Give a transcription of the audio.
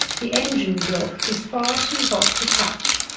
the engine block is far too hot to touch.